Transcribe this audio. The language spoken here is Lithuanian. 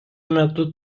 metu